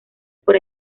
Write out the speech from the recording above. por